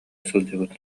сылдьыбыт